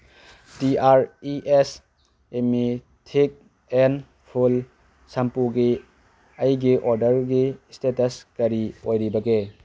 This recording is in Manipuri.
T R E S M May thick and full ꯁꯝꯄꯨꯒꯤ ꯑꯩꯒꯤ ꯑꯣꯔꯗꯔꯒꯤ ꯏꯁꯇꯦꯇꯁ ꯀꯔꯤ ꯑꯣꯏꯔꯤꯕꯒꯦ